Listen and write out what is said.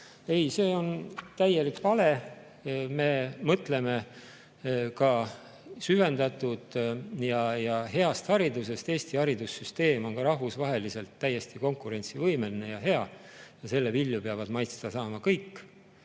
Ei, see on täielik vale. Me mõtleme ka süvendatud ja heast haridusest. Eesti haridussüsteem on rahvusvaheliselt täiesti konkurentsivõimeline ja hea ja selle vilju peavad maitsta saama kõik.